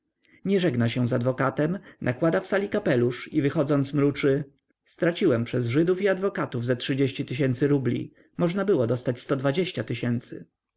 nie żegna się z adwokatem nakłada w sali kapelusz i wychodząc mruczy straciłem przez żydów i adwokatów ze trzydzieści tysięcy rubli można było dostać sto dwadzieścia tysięcy